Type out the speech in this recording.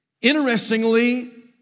Interestingly